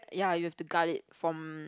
ya you have to guard it from